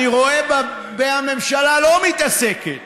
אני רואה במה הממשלה לא מתעסקת.